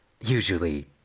Usually